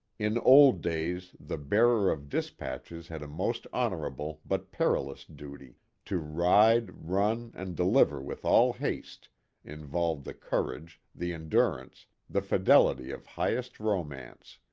in old days the bearer of dis patches had a most honorable but perilous duty to ride, run and deliver with all haste involved the courage, the endurance, the fidelity of highest romance.